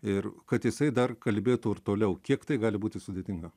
ir kad jisai dar kalbėtų ir toliau kiek tai gali būti sudėtinga